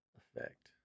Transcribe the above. effect